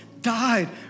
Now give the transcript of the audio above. died